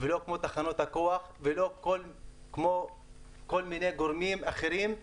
ולא כמו תחנות הכוח ולא כמו כל מיני גורמים אחרים,